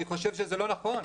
אני חושב שזה לא נכון.